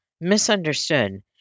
misunderstood